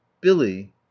billy